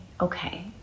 okay